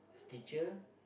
is teacher